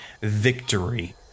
Victory